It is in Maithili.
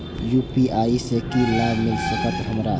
यू.पी.आई से की लाभ मिल सकत हमरा?